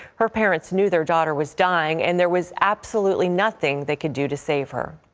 her parents knew their daughter was dying, and there was absolutely nothing they could do to save her.